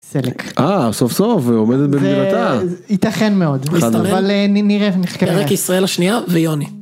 סלק סוף סוף עומדת במילתה ייתכן מאוד נראה, נחכה, זה רק ישראל השנייה ויוני.